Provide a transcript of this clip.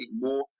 more